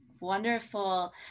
Wonderful